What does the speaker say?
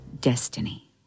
destiny